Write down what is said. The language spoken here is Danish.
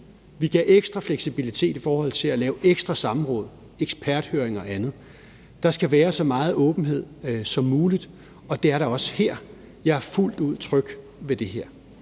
Vi gav ekstra fleksibilitet i forhold til at lave ekstra samråd, eksperthøring og andet. Der skal være så meget åbenhed som muligt, og det er der også her. Jeg er fuldt ud tryg ved det her.